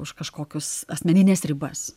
už kažkokius asmenines ribas